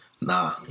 Nah